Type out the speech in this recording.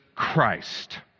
Christ